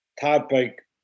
topic